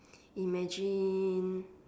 imagine